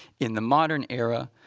in the modern era,